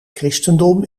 christendom